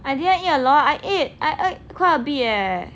I didn't eat a lot I ate I ate quite a bit eh